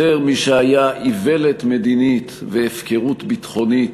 יותר משהיה איוולת מדינית והפקרות ביטחונית,